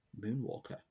Moonwalker